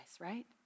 right